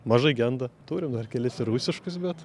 mažai genda turim dar kelis ir rusiškus bet